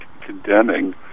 condemning